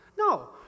no